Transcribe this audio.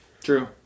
True